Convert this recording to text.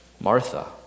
Martha